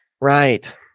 Right